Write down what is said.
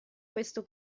questo